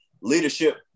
leadership